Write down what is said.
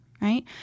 Right